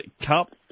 Cup